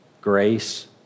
grace